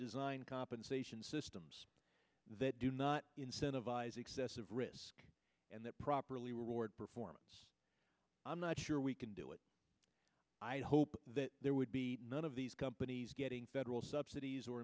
design compensation systems that do not incentivize excessive risk and that properly ward performance i'm not sure we can do it i hope that there would be none of these companies getting federal subsid